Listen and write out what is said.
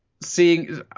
seeing